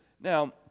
Now